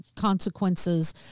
consequences